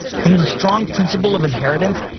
from the strong principle of inheritance,